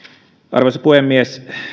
arvoisa puhemies